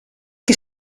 qui